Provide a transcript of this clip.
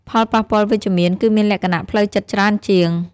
ផលប៉ះពាល់វិជ្ជមាន គឺមានលក្ខណៈផ្លូវចិត្តច្រើនជាង។